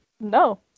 No